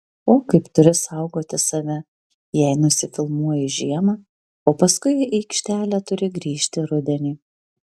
o kaip turi saugoti save jei nusifilmuoji žiemą o paskui į aikštelę turi grįžti rudenį